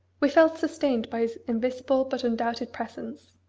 we felt sustained by his invisible but undoubted presence.